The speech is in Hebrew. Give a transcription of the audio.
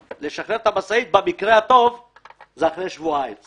זה במקום שברוך ה' לא הייתה פגיעה בנפש.